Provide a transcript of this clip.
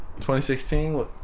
2016